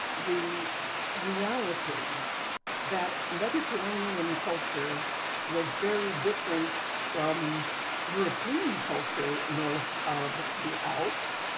the reality that mediterranean culture was very different from european culture north of the alps,